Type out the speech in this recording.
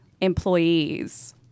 employees